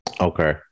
Okay